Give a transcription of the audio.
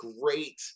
great